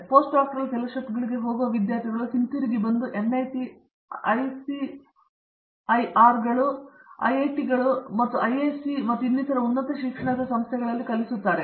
ಮತ್ತು postdoctoral ಫೆಲೋಷಿಪ್ಗಳಿಗೆ ಹೋಗುವ ವಿದ್ಯಾರ್ಥಿಗಳು ಹಿಂತಿರುಗಿ ಎನ್ಐಟಿಗಳು ಐಸಿಐಆರ್ಗಳು ಐಐಟಿಗಳು ಮತ್ತು ಐಐಎಸ್ಸಿ ಮತ್ತು ಇನ್ನಿತರ ಉನ್ನತ ಶಿಕ್ಷಣದ ಸಂಸ್ಥೆಗಳಲ್ಲಿ ಕಲಿಸುತ್ತಾರೆ